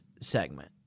segment